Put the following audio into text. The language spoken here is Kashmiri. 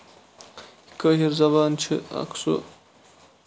کٲشِر زَبان چھِ اَکھ سُہ